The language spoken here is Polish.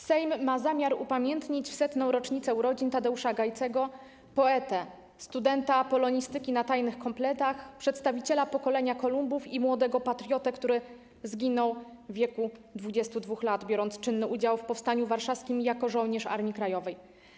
Sejm ma zamiar upamiętnić w 100. rocznicę Tadeusza Gajcego, poetę, studenta polonistyki na tajnych kompletach, przedstawiciela pokolenia Kolumbów i młodego patriotę, który zginął w wieku 22 lat, biorąc czynny udział w powstaniu warszawskim jako żołnierz Armii Krajowej.